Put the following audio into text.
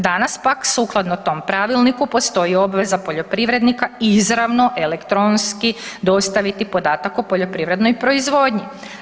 Danas pak sukladno tom Pravilniku postoji obveza poljoprivrednika izravno elektronski dostaviti podatak o poljoprivrednoj proizvodnji.